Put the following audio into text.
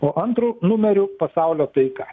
o antru numeriu pasaulio taika